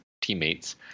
teammates